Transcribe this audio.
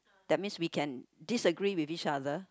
that's mean we can disagree with each other